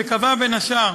שקבע בין השאר